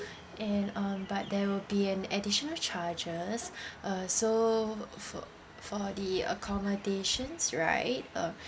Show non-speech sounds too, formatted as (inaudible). and um but there will be an additional charges (breath) uh so for for the accommodations right uh